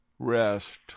Rest